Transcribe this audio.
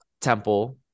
Temple